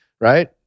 right